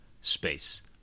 space